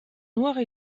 noirs